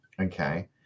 okay